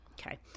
Okay